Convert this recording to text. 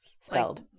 spelled